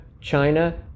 china